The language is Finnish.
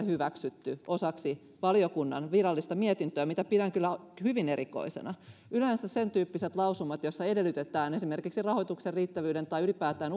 hyväksytty osaksi valiokunnan virallista mietintöä mitä pidän kyllä hyvin erikoisena yleensä sen tyyppisissä lausumissa joissa edellytetään esimerkiksi rahoituksen riittävyyden tai ylipäätään